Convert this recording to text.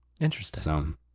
Interesting